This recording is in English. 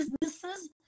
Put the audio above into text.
businesses